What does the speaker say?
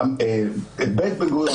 בית בן-גוריון,